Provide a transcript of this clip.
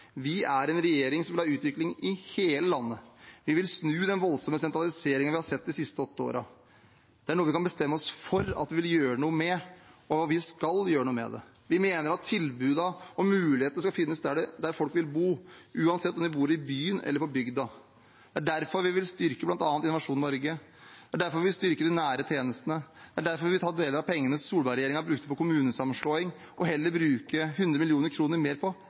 Vi er en regjering som vil ha utvikling i hele landet. Vi vil snu den voldsomme sentraliseringen vi har sett de siste åtte årene. Det er noe vi kan bestemme oss for at vi vil gjøre noe med, og vi skal gjøre noe med det. Vi mener at tilbudene og mulighetene skal finnes der folk vil bo, uansett om man bor i byen eller på bygda. Det er derfor vi vil styrke bl.a. Innovasjon Norge, det er derfor vi vil styrke de nære tjenestene, det er derfor vi vil ta deler av pengene Solberg-regjeringen ville bruke på kommunesammenslåing, og heller bruke 100 mill. kr mer på